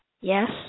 Yes